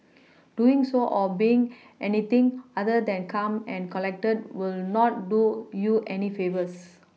doing so or being anything other than calm and collected will not do you any favours